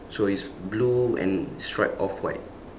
so it's blue and stripe of white